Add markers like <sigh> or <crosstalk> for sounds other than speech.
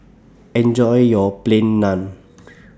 Enjoy your Plain Naan <noise>